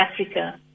Africa